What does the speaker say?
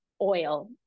oil